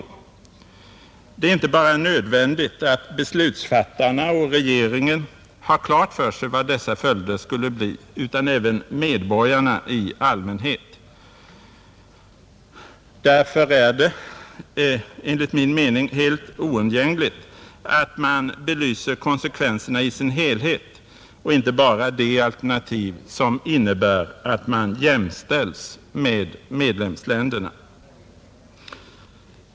Det är inte bara nödvändigt att beslutsfattarna och regeringen har klart för sig vilka dessa följder skulle bli, utan detta gäller medborgarna i allmänhet. Därför är det, enligt min mening, helt oundgängligt att man belyser konsekvenserna i deras helhet och inte bara det alternativ som innebär att vårt land jämställs med medlemsländerna.